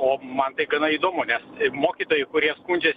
o man tai gana įdomu nes mokytojai kurie skundžias